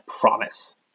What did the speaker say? promise